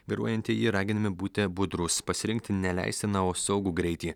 vairuojantieji raginami būti budrūs pasirinkti ne leistiną o saugų greitį